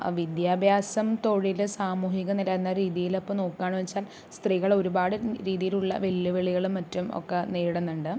വിദ്യാഭ്യാസം തൊഴിൽ സാമൂഹിക നില എന്ന രീതിയിൽ ഇപ്പോൾ നോക്കുകയാണെന്ന് വെച്ചാൽ സ്ത്രീകൾ ഒരുപാട് രീതിയിലുള്ള വെല്ലുവിളികളും മറ്റും ഒക്കെ നേരിടുന്നുണ്ട്